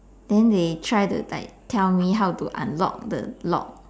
then they try to like tell me how to unlock the lock